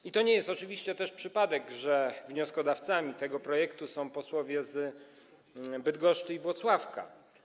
I to nie jest oczywiście przypadek, że wnioskodawcami tego projektu są posłowie z Bydgoszczy i Włocławka.